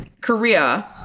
Korea